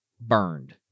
burned